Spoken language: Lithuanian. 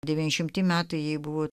devyniasdešimtį metų jai buvo